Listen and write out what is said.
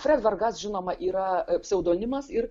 fred vargas žinoma yra pseudonimas ir